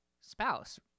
spouse